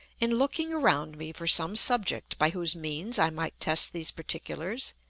in looking around me for some subject by whose means i might test these particulars,